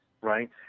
Right